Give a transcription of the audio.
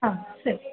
ಹಾಂ ಸರಿ